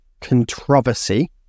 controversy